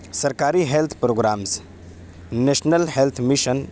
سرکاری health programmes national health mission